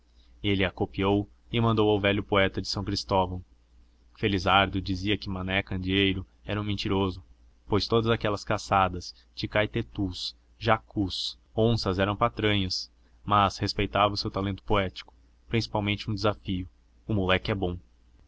ele a copiou e mandou ao velho poeta de são cristóvão felizardo dizia que mané candeeiro era um mentiroso pois todas aquelas caçadas de caititus jacus onças eram patranhas mas respeitava o seu talento poético principalmente no desafio o moleque é bom